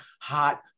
hot